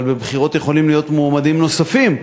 אבל בבחירות יכולים להיות מועמדים נוספים,